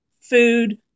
food